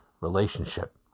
relationship